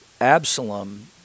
Absalom